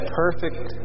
perfect